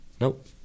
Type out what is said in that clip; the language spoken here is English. Nope